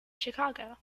chicago